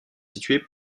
situé